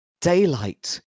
daylight